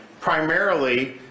primarily